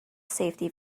safety